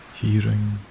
hearing